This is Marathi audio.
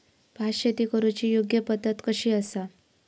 भात शेती करुची योग्य पद्धत कशी आसा?